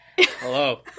hello